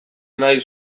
nahi